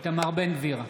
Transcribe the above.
איתמר בן גביר,